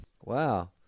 Wow